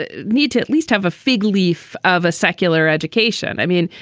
ah need to at least have a fig leaf of a secular education? i mean,